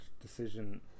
decision